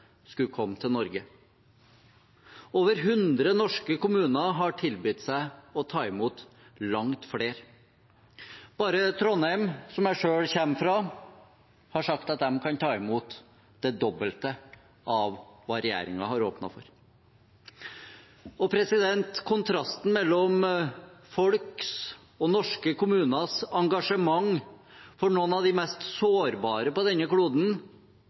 skulle komme til Norge. Over 100 norske kommuner har tilbudt seg å ta imot langt flere. Bare Trondheim, som jeg selv kommer fra, har sagt at de kan ta imot det dobbelte av hva regjeringen har åpnet for. Kontrasten mellom folks og norske kommuners engasjement for noen av de mest sårbare på denne kloden